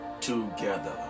together